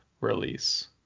release